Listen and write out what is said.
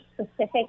specific